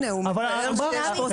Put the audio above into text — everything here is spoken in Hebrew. הנה, הוא מתאר שיש פה צורך.